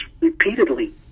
repeatedly